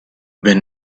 been